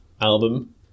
album